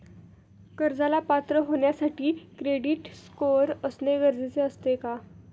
कर्जाला पात्र होण्यासाठी क्रेडिट स्कोअर असणे गरजेचे असते का?